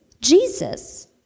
Jesus